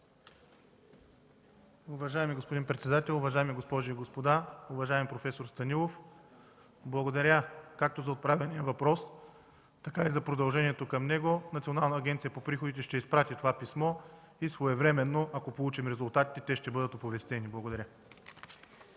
Уважаеми господин председател, уважаеми госпожи и господа! Уважаеми проф. Станилов, благодаря както за отправения въпрос, така и за продължението към него. Националната агенция за приходите ще изпрати това писмо и своевременно, ако получим резултатите, те ще бъдат оповестени. Благодаря.